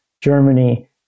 Germany